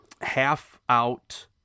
half-out